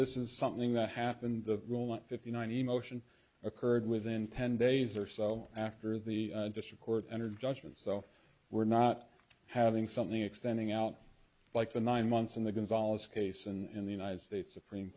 this is something that happened the rule at fifty nine emotion occurred within ten days or so after the district court enter judgment so we're not having something extending out like the nine months in the gonzales case and in the united states supreme